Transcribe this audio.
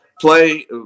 play